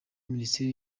minisiteri